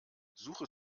suche